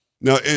Now